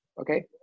okay